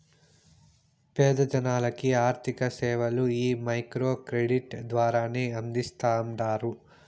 పేద జనాలకి ఆర్థిక సేవలు ఈ మైక్రో క్రెడిట్ ద్వారానే అందిస్తాండారు